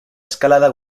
eskalada